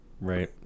Right